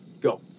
Go